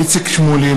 איציק שמולי,